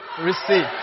receive